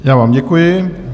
Já vám děkuji.